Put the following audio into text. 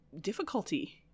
difficulty